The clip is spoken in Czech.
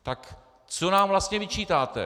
Tak co nám vlastně vyčítáte?